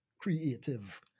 creative